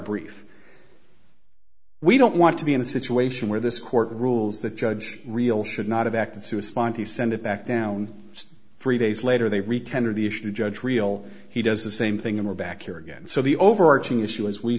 brief we don't want to be in a situation where this court rules that judge real should not have acted to a spine to send it back down just three days later they re tender the issue judge real he does the same thing and we're back here again so the overarching issue as we